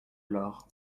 l’or